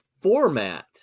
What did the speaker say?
format